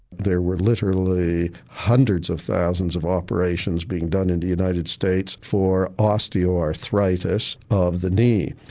there were literally hundreds of thousands of operations being done in the united states for osteoarthritis of the knee.